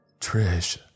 Trish